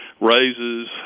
raises